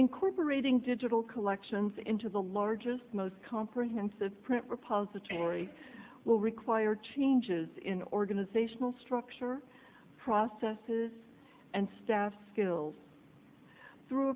incorporating digital collections into the largest most comprehensive print repository will require changes in organizational structure processes and staff skills thro